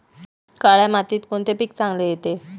काळ्या मातीत कोणते पीक चांगले येते?